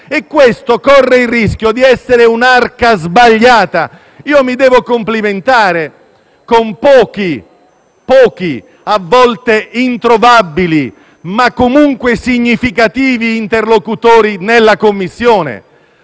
corre il rischio di essere un'arca sbagliata. Io mi devo complimentare con pochi, a volte introvabili, ma comunque significativi interlocutori nella Commissione;